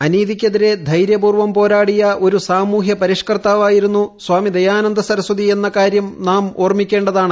അനീതിക്കെതിരെ ധൈര്യപൂർവ്വം പോരാടിയ ഒരു സ്ഥാമൂഹ്യപരിഷ്കർത്താവായിരുന്നു സ്വാമി ദയാനന്ദ സരസ്വതി എന്ന് കീാര്യം നാം ഓർമ്മിക്കേണ്ടതാണ്